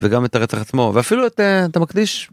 וגם את הרצח עצמו ואפילו אתה מקדיש.